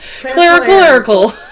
Clerical